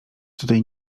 tutaj